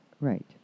Right